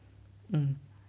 mm